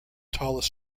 tallest